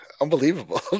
Unbelievable